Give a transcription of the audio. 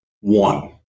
One